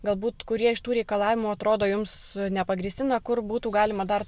galbūt kurie iš tų reikalavimų atrodo jums nepagrįsti na kur būtų galima dar